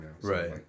Right